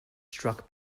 struck